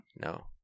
no